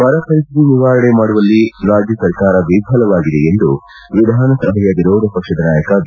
ಬರಪರಿಸ್ತಿತಿ ನಿವಾರಣೆ ಮಾಡುವಳ್ಲಿ ರಾಜ್ಯ ಸರ್ಕಾರ ವಿಫಲವಾಗಿದೆ ಎಂದು ವಿಧಾನಸಭೆಯ ವಿರೋಧ ಪಕ್ಷದ ನಾಯಕ ಬಿ